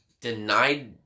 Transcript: denied